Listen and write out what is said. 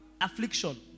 affliction